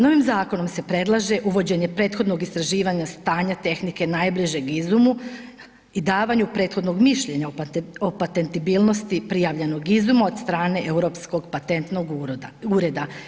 Novim zakonom se predlaže uvođenje prethodnog istraživanja stanja tehnike najbližeg izumu i davanju prethodnog mišljenja o patentibilnosti prijavljenog izuma od strane Europskog patentnog ureda.